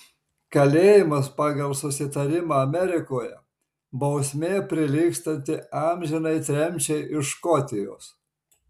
kalėjimas pagal susitarimą amerikoje bausmė prilygstanti amžinai tremčiai iš škotijos